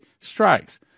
strikes